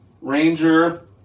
Ranger